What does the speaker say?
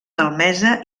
malmesa